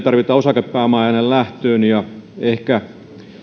tarvita osakepääomaa liikkeellelähtöön ja ehkä